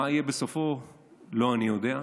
מה יהיה בסופו לא אני יודע,